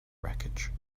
wreckage